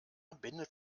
bindet